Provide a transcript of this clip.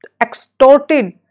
extorted